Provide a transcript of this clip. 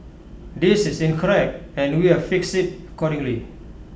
this is incorrect and we've fixed IT accordingly